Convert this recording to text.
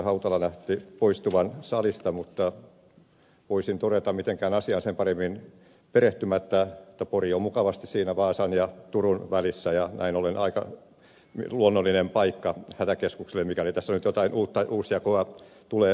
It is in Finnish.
hautala näytti poistuvan salista mutta voisin todeta mitenkään asiaan sen paremmin perehtymättä että pori on mukavasti siinä vaasan ja turun välissä ja näin ollen aika luonnollinen paikka hätäkeskukselle mikäli tässä nyt jotain uusjakoa tulee tapahtumaan